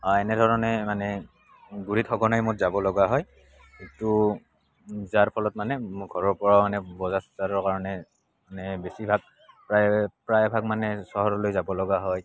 আৰু এনেধৰণে মানে গুড়িত সঘনাই মোৰ যাবলগা হয় এইটো যাৰ ফলত মানে মোৰ ঘৰৰ পৰাও মানে বজাৰ চজাৰৰ কাৰণে মানে বেছিভাগ প্ৰায় প্ৰায়ভাগ মানে চহৰলৈ যাবলগা হয়